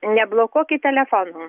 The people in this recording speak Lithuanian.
neblokuokit telefonų